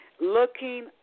Looking